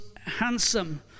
handsome